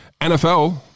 NFL